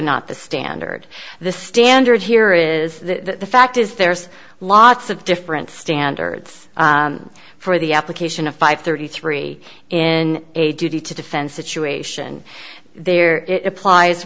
not the standard the standard here is the fact is there's lots of different standards for the application of five thirty three and a duty to defend situation there it applies